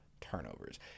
turnovers